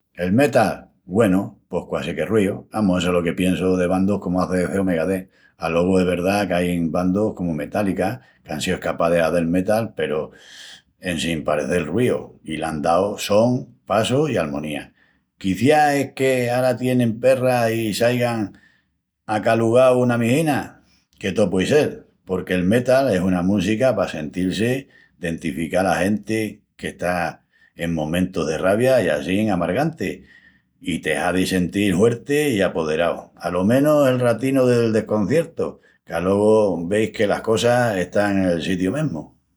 El metal... güenu, pos quasi que ruiu. Amus, essu es lo que piensu de bandus comu ACDC o Megadeth. Alogu es verdá qu'ain bandus comu Metallica qu'án síu escapás de hazel metal peru en sin parecel ruiu i l'án dau son, passu i almonía. Quiciás es que ara tienin perras i s'aigan acalugau una mijina, que tó puei sel. Porque el metal es una música pa sentil-si dentificá la genti que está en momentus de ravia i assín amargantis, i te hazi sentil huerti i apoderau, alo menus el ratinu del desconciertu, qu'alogu veis que las cosas están en el sitiu mesmu.